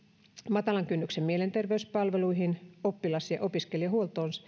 matalan kynnyksen mielenterveyspalveluihin oppilas ja opiskelijahuoltoon